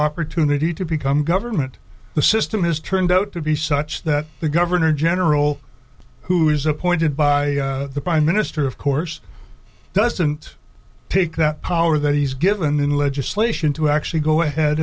opportunity to become government the system has turned out to be such that the governor general who is appointed by the prime minister of course doesn't take that power that he's given in legislation to actually go ahead